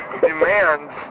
demands